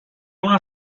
una